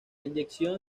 inyección